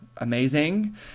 amazing